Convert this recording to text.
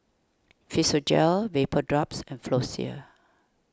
Physiogel Vapodrops and Floxia